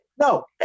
No